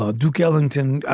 ah duke ellington.